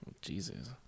Jesus